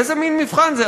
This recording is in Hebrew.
איזה מין מבחן זה?